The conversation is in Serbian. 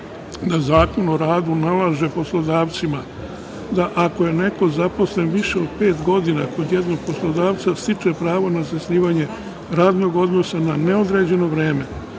da Zakon o radu nalaže poslodavcima da ako je neko zaposlen više od pet godina kod jednog poslodavca stiče pravo na zasnivanje radnog odnosa na neodređeno vreme. Zato